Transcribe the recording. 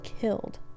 killed